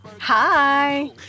Hi